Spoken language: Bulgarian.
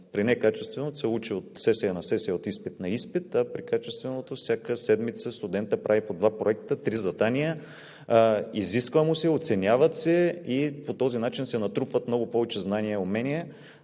При некачественото се учи от сесия на сесия, от изпит на изпит, а при качественото всяка седмица студентът прави по два проекта, три задания, изисква му се, оценяват се и по този начин се натрупват много повече знания и умения.